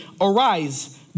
Arise